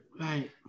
Right